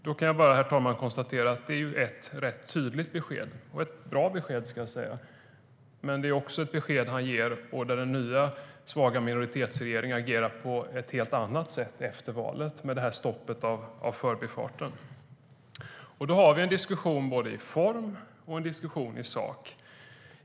Då kan jag bara konstatera att det är ett rätt tydligt besked och ett bra besked, men den nya svaga minoritetsregeringen har agerat på ett helt annat sätt efter valet med stoppet av Förbifarten.Då har vi en diskussion både i form och i sak.